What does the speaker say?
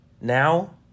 Now